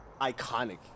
iconic